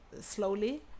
slowly